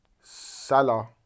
Salah